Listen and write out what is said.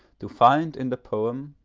to find in the poem,